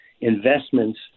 investments